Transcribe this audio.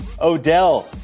Odell